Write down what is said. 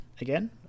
again